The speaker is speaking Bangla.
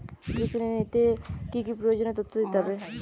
কৃষি ঋণ নিতে কি কি প্রয়োজনীয় তথ্য দিতে হবে?